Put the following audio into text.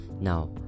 Now